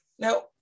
Now